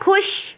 ਖੁਸ਼